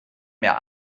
mehr